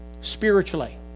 Spiritually